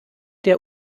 der